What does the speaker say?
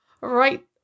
right